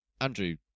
Andrew